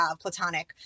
platonic